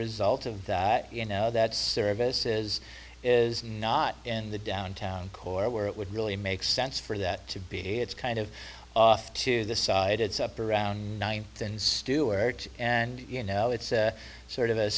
result of that you know that service is is not in the downtown core where it would really make sense for that to be it's kind of off to the side it's up around nine stuart and you know it's sort of a